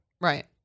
Right